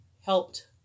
helped